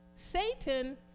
Satan